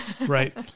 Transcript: right